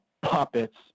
puppets